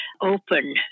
open